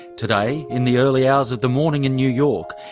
today, in the early hours of the morning in new york,